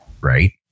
Right